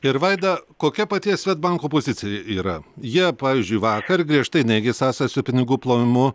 ir vaida kokia paties svedbanko opozicija yra jie pavyzdžiui vakar griežtai neigė sąsajas su pinigų plovimu